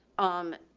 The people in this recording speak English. um,